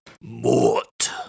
Mort